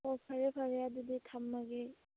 ꯍꯣ ꯐꯔꯦ ꯐꯔꯦ ꯑꯗꯨꯗꯤ ꯊꯝꯃꯒꯦ